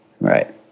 Right